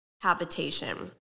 habitation